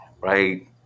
Right